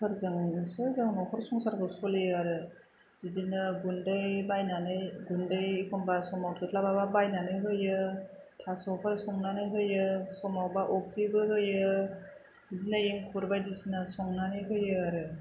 फोरजोंसो जों नखर संसारखौ सोलियो आरो बिदिनो गुन्दै बायनानै गुन्दै एखम्बा समाव थोस्लाबाबा बायनानै होयो थास'फोर संनानै होयो समावबा अफ्रिबो होयो बिदिनो एंखुर बायदिसिना संनानै होयो आरो